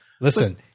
listen